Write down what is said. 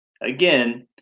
again